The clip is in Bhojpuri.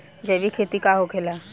जैविक खेती का होखेला?